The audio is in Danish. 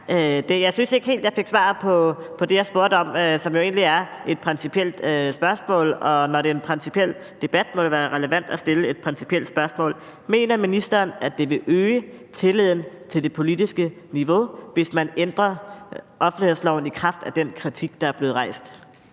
Jeg synes ikke helt, at jeg fik svar på det, jeg spurgte om, som jo egentlig er et principielt spørgsmål, og når det er en principiel debat, må det være relevant at stille et principielt spørgsmål: Mener ministeren, at det vil øge tilliden til det politiske niveau, hvis man ændrer offentlighedsloven i kraft af den kritik, der er blevet rejst?